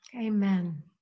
Amen